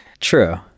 True